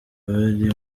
bari